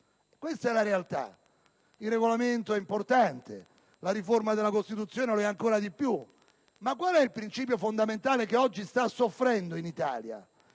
questa è la realtà. Il Regolamento è importante, la riforma della Costituzione lo è ancora di più; ma il principio fondamentale che oggi sta soffrendo in Italia,